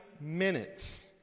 minutes